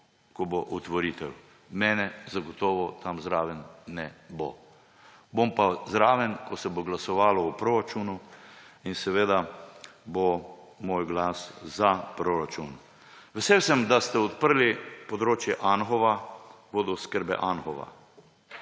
ko bo otvoritev. Mene zagotovo tam zraven ne bo. Bom pa zraven, ko se bo glasovalo o proračunu in bo moj glas za proračun. Vesel sem, da ste odprli področje Anhovega, vodooskrbe Anhovo.